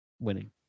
winning